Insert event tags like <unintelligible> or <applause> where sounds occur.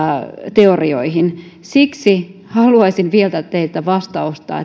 teorioihin siksi haluaisin kysyä teiltä vastausta <unintelligible>